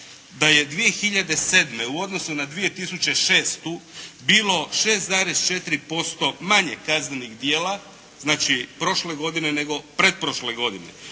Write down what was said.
da je 2007. u odnosu na 2006. bilo 6,4% manje kaznenih djela, znači prošle godine nego pretprošle godine.